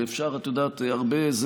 ואפשר הרבה,